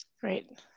Great